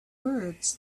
words